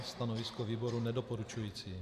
Stanovisko výboru nedoporučující.